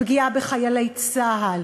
פגיעה בחיילי צה"ל,